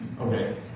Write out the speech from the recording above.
Okay